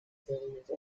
seriöse